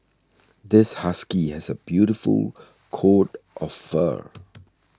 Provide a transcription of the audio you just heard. this husky has a beautiful coat of fur